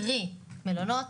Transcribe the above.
היא לא מסמיכה אותו.